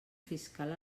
fiscal